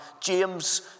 James